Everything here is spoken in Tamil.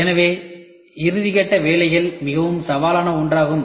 எனவே இறுதிகட்ட வேலைகள் மிகவும் சவாலான ஒன்றாகும்